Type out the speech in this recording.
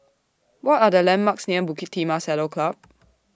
What Are The landmarks near Bukit Timah Saddle Club